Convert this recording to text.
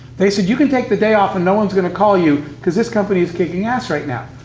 they said, you can take the day off, and no one's going to call you, because this company is kicking ass right now.